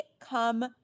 come